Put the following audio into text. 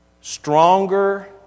stronger